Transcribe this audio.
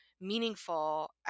meaningful